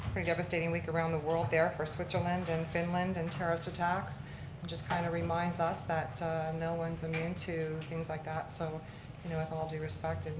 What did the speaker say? pretty devastating week around the world there for switzerland and finland and terrorist attacks. it just kind of reminds us that no one's immune to things like that. so you know with all due respect,